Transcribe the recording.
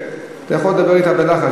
אתה יכול לדבר אתה בלחש,